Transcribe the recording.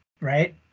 right